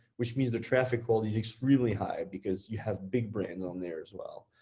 which means the traffic quality is extremely high because you have big brands on there as well.